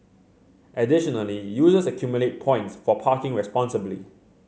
additionally users accumulate points for parking responsibly